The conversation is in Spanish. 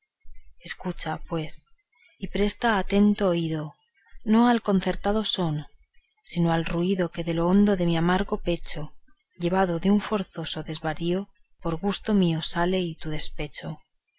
escucha pues y presta atento oído no al concertado son sino al rüido que de lo hondo de mi amargo pecho llevado de un forzoso desvarío por gusto mío sale y tu despecho